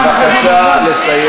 על הנתינה שלו לאדם ולחיות,